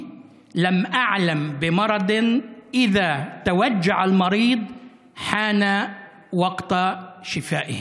סיבה, ואם הכאוב חש כאב, הרי שהגיע זמן החלמתו".)